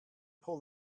pull